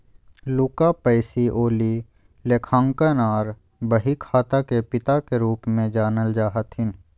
Luca Pacioli लेखांकन आर बहीखाता के पिता के रूप मे जानल जा हथिन